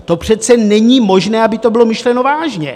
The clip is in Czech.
To přece není možné, aby to bylo myšleno vážně!